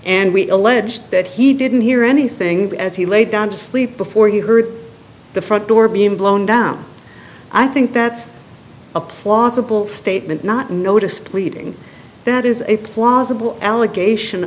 and we alleged that he didn't hear anything as he laid down to sleep before he heard the front door being blown down i think that's a plausible statement not notice pleading that is a plausible allegation